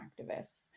activists